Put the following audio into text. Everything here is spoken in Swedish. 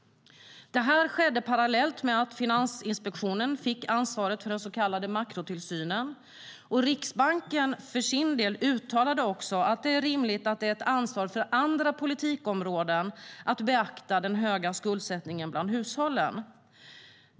Detta skedde parallellt med att Finansinspektionen fick ansvaret för den så kallade makrotillsynen. Riksbanken för sin del uttalade också att det är rimligt att det är ett ansvar för andra politikområden att beakta den höga skuldsättningen bland hushållen.